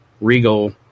Regal